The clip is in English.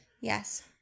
Yes